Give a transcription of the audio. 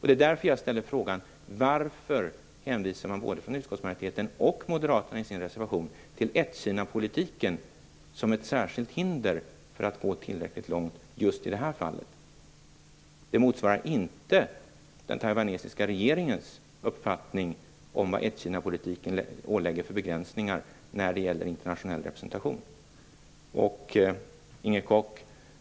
Det är därför jag ställde frågan: Varför hänvisar både utskottsmajoriteten och moderaterna i sin reservation till ett-Kina-politiken som ett hinder för att gå tillräckligt långt just i det här fallet? Det motsvarar inte den taiwanesiska regeringens uppfattning om vilka begränsningar ett-Kina-politiken innebär när det gäller internationell representation.